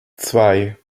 zwei